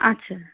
আচ্ছা